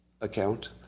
account